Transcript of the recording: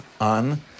on